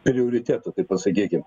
prioritetų taip pasakykim